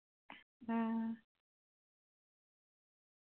आं